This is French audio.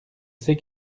sais